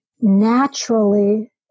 naturally